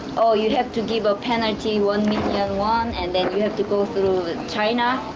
oh, you have to give a penalty, one million won, and then you have to go through china,